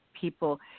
people